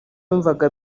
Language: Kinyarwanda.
yumvaga